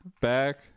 back